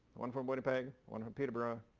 one from winnipeg, one from peterborough.